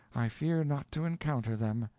i fear not to encounter them.